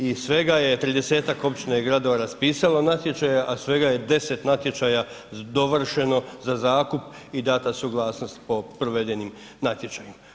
I svega je 30-ak općina i gradova raspisalo natječaje, a svega je 10 natječaja dovršeno za zakup i dana suglasnost po provedenim natječajima.